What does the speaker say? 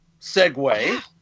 segue